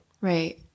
Right